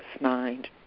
mind